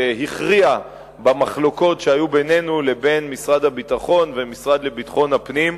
שהכריע במחלוקות שהיו בינינו לבין משרד הביטחון והמשרד לביטחון הפנים,